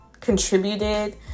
contributed